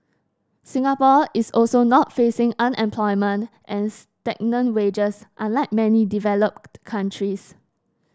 Singapore is also not facing unemployment and stagnant wages unlike many developed countries